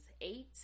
eight